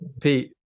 Pete